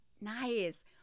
Nice